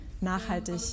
nachhaltig